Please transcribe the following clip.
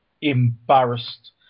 embarrassed